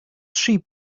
sheep